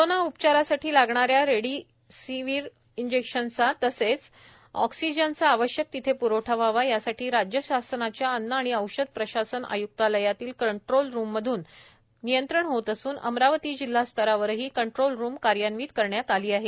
corona उपचारासाठी लागणाऱ्या remdesivir इंजेक्शनचा तसेच ऑक्सिजनचा आवश्यक तिथे प्रवठा व्हावा यासाठी राज्य शासनाच्या अन्न आणि औषध प्रशासन आय्क्तालयातील कंट्रोलरूममधून संनियंत्रण होत असून अमरावती जिल्हा स्तरावरही कंट्रोलरूम कार्यान्वित करण्यात आली आहे